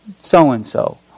so-and-so